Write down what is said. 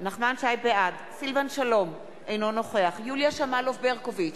בעד סילבן שלום, אינו נוכח יוליה שמאלוב-ברקוביץ,